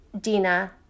Dina